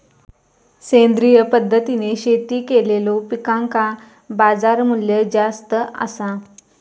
सेंद्रिय पद्धतीने शेती केलेलो पिकांका बाजारमूल्य जास्त आसा